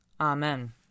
Amen